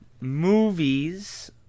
movies